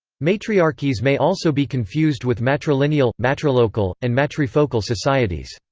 matriarchies may also be confused with matrilineal, matrilocal, and matrifocal societies.